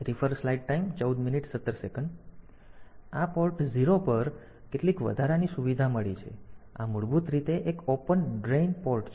આ પોર્ટ 0 પર તેથી તેને કેટલીક વધારાની સુવિધા મળી છે તેથી આ મૂળભૂત રીતે એક ઓપન ડ્રેઇન પોર્ટ છે